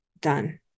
done